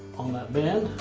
on that band,